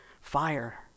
fire